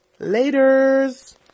Laters